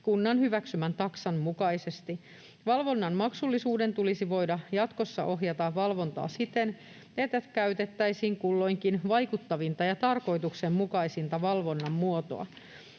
kunnan hyväksymän taksan mukaisesti. Valvonnan maksullisuuden tulisi voida jatkossa ohjata valvontaa siten, että käytettäisiin kulloinkin vaikuttavinta ja tarkoituksenmukaisinta valvonnan muotoa.